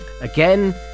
Again